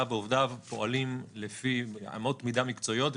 ועובדיו פועלים לפי אמות מידה מקצועיות.